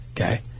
okay